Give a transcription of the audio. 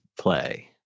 play